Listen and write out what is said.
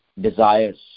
desires